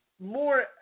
more